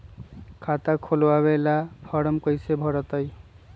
खाता खोलबाबे ला फरम कैसे भरतई?